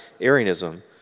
Arianism